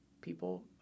people